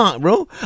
bro